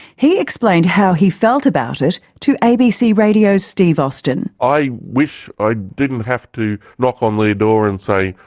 he explained how he felt about it to abc radio's steve austin. i wish i didn't have to knock on their door and say,